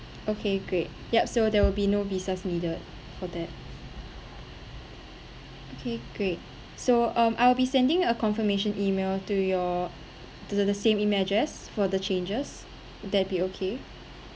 okay great yup so there will be no visas needed for that okay great so um I'll be sending a confirmation email to your the the the same images for the changes will that be okay